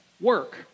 work